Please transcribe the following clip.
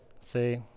See